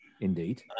Indeed